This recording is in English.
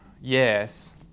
yes